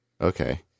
Okay